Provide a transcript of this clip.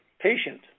patient